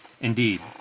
Indeed